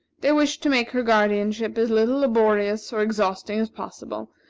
they wished to make her guardianship as little laborious or exhausting as possible,